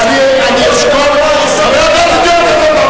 עם ראש הממשלה הראשון בהיסטוריה שהמשטרה החליטה להגיש נגדו כתב אישום?